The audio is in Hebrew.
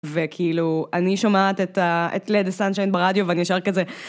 וכאילו, אני שומעת את let the sunshine ברדיו ואני ישר כזה.